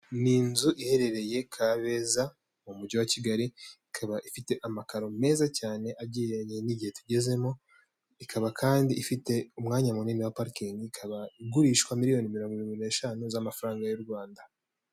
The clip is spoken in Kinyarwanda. Ni inzu iherereye Kabeza mu mujyi wa Kigali, ikaba ifite amakaro meza cyane agereranye n'igihe tugezemo, ikaba kandi ifite umwanya munini wa parikingi, ikaba igurishwa miliyoni mirongo irindwi n'eshanu z'amafaranga y'u Rwanda.